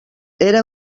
era